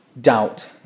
doubt